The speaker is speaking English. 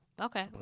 Okay